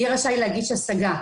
יהיה רשאי להגיש השגה.